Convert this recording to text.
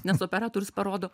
nes operatorius parodo